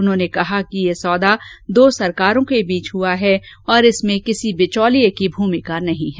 उन्होंने कहा कि यह सौदा दो सरकारों के बीच हुआ है और इसमें किसी बिचौलिये की भूमिका नही है